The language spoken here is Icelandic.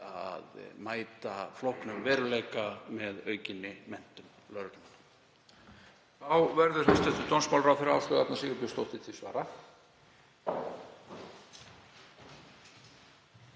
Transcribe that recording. að mæta flóknum veruleika með aukinni menntun